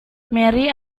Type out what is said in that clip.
mary